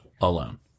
Alone